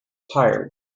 tired